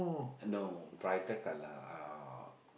no brighter colour uh